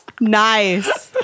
nice